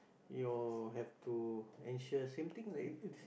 you have to ensure same thing lah